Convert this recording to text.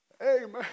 Amen